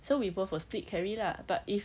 so we both will split carry lah but if